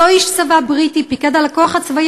אותו איש צבא בריטי פיקד על הכוח הצבאי